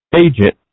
agent